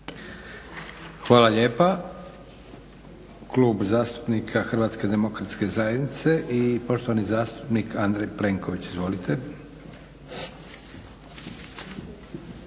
Hvala lijepa. Klub zastupnika HDZ-a i poštovani zastupnik Andrej Plenković. Izvolite.